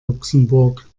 luxemburg